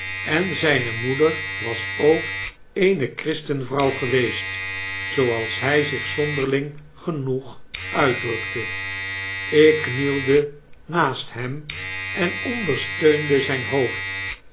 en zyne moeder was ook eene christen vrouw geweest zooals hi zich zonderling genoeg uitdrukte ik knielde naast hem en ondersteunde zyn hoofd